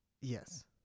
Yes